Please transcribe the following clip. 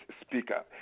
speaker